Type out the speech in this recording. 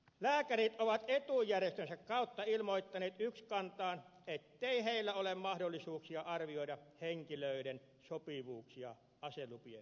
lääkärit ovat etujärjestönsä kautta ilmoittaneet ykskantaan ettei heillä ole mahdollisuuksia arvioida henkilöiden sopivuuksia aselupien saajiksi